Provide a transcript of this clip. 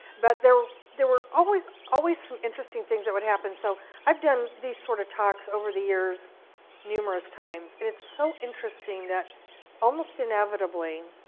but there there were always always some interesting things that would happen. so i've done these sort of talks over the years numerous times, and it's so interesting that almost inevitably